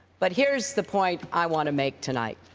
but here's the point i want to make tonight.